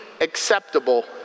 acceptable